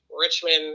Richmond